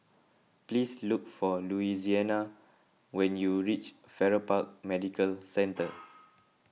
please look for Louisiana when you reach Farrer Park Medical Centre